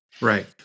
Right